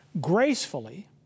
Gracefully